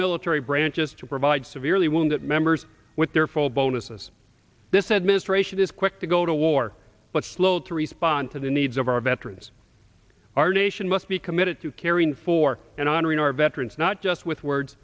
military branches to provide severely wounded members with their full bonuses this administration is quick to go to war but slow to respond to the needs of our veterans our nation must be committed to caring for and honoring our veterans not just with words